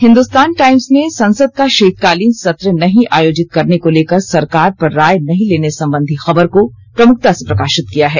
Hindustan Times ने संसद का शीतकालीन सत्र नहीं आयोजित करने को लेकर सरकार पर राय नहीं लेने संबधी खबर को प्रमुखता से प्रकाशित किया है